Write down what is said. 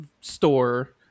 store